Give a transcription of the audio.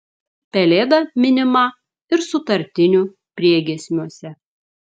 pelėda minima ir sutartinių priegiesmiuose